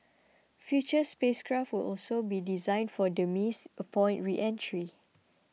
future spacecraft will also be 'designed for demise' upon reentry